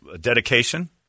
dedication